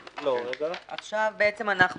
פה אחד התיקון ההגדרה של "גיל אחד" נתקבל.